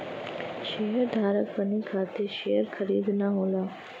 शेयरधारक बने खातिर शेयर खरीदना होला